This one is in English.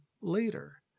later